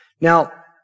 Now